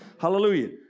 Hallelujah